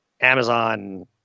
Amazon